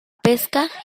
pesca